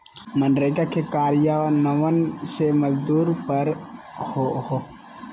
मनरेगा के कार्यान्वन से मजदूर पर हो रहल अत्याचार में काफी कमी अईले हें